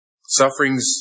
Sufferings